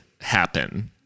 happen